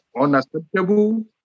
unacceptable